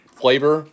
flavor